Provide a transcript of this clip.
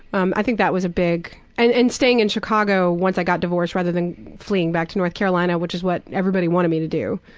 um i think that was a big and and staying in chicago once i got divorced rather than fleeing back to north carolina, which is what everybody wanted me to do,